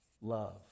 love